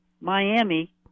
Miami